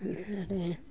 आरो